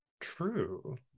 true